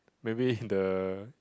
maybe the